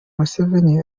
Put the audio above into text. museveni